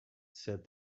said